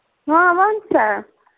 آ وَن سا